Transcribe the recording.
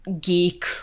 geek